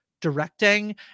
directing